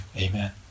Amen